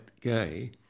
gay